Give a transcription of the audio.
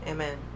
Amen